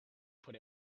put